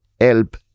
help